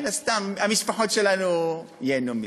מן הסתם, המשפחות שלנו ייהנו מזה.